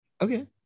okay